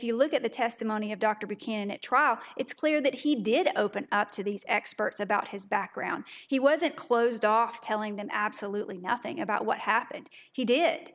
you look at the testimony of dr buchanan at trial it's clear that he did open up to these experts about his background he was a closed off telling them absolutely nothing about what happened he did